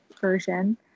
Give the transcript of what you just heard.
version